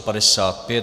55.